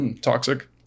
Toxic